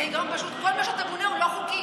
זה היגיון פשוט: כל מה שאתה בונה הוא לא חוקי.